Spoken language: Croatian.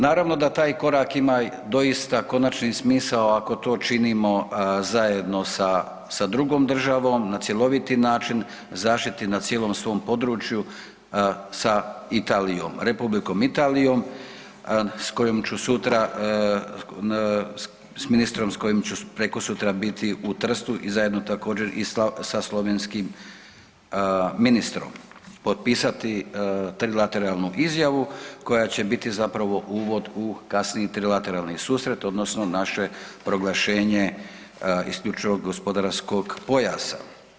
Naravno da taj korak ima doista konačni smisao ako to činimo zajedno sa, sa drugom državom na cjeloviti način, zaštiti na cijelom svom području sa Italijom, Republikom Italijom s kojom ću sutra, s ministrom s kojim ću prekosutra biti u Trstu i zajedno također i sa slovenskim ministrom potpisati trilateralnu izjavu koja će biti zapravo uvod u kasniji trilateralni susret odnosno naše proglašenje IGP-a.